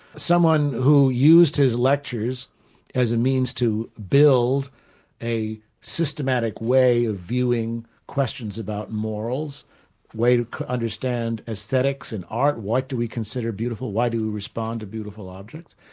someone who used his lectures as a means to build a systematic way of viewing questions about morals, a way to to understand aesthetics and art, what do we consider beautiful, why do we respond to beautiful objects.